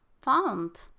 found